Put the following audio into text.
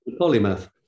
polymath